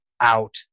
out